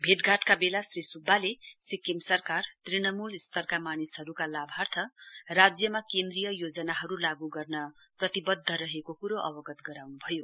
भेटघाटका बेला श्री सुब्बाले सिक्किम सरकार तृणमूल स्तरका मानिसहरुका लाभार्थ राज्यमा केन्द्रीय योजनाहरु लागू गर्न प्रतिवद्य रहेको कुरो अवगत गराउनुभयो